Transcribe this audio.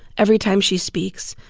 every time she speaks,